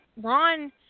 Ron